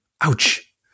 ouch